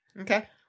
Okay